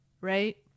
right